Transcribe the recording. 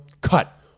cut